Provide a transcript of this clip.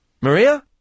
maria